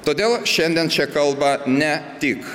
todėl šiandien čia kalba ne tik